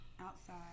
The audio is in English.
outside